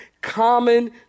Common